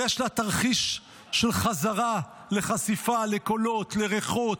יש לה תרחיש של חזרה לחשיפה, לקולות, לריחות,